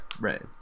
right